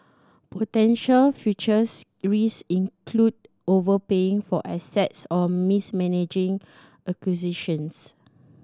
potential futures risk include overpaying for assets or mismanaging acquisitions